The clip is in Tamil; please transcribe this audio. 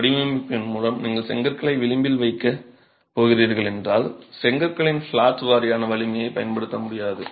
வடிவமைப்பின் மூலம் நீங்கள் செங்கற்களை விளிம்பில் வைக்கப் போகிறீர்கள் என்றால் செங்கற்களின் ஃப்ளாட் வாரியான வலிமையைப் பயன்படுத்த முடியாது